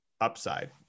upside